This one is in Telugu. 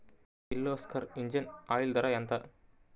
కిర్లోస్కర్ ఇంజిన్ ఆయిల్ ధర ఎంత?